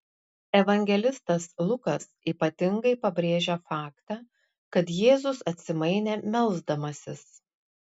evangelistas lukas ypatingai pabrėžia faktą kad jėzus atsimainė melsdamasis